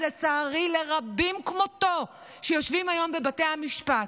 ולצערי לרבים כמותו שיושבים היום בבתי המשפט,